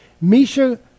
Misha